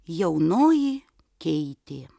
jaunoji keitė